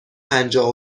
پنجاه